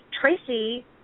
Tracy –